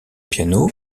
piano